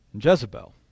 Jezebel